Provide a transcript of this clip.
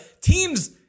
teams